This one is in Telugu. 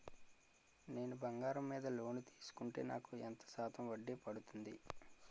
నేను బంగారం మీద లోన్ తీసుకుంటే నాకు ఎంత శాతం వడ్డీ పడుతుంది?